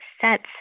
sets